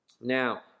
Now